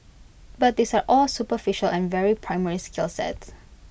but these are all superficial and very primary skill sets